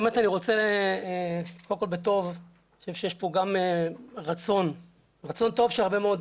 אני חושב שיש פה גם רצון טוב של הרבה מאוד